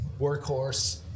workhorse